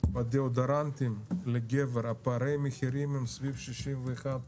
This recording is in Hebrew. בדאודורנטים לגבר פערי המחירים הם סביב 62%-61%,